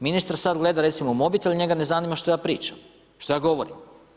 Ministar sad gleda recimo mobitel i njega ne zanima što ja pričam, što ja govorim.